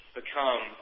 become